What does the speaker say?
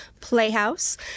Playhouse